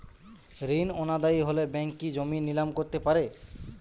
ঋণ অনাদায়ি হলে ব্যাঙ্ক কি জমি নিলাম করতে পারে?